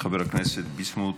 חבר הכנסת ביסמוט,